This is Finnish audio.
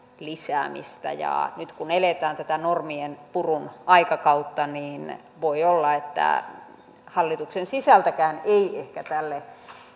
lisäämistä ja nyt kun eletään tätä normien purun aikakautta niin voi olla että hallituksen sisältäkään ei ehkä tälle